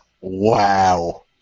Wow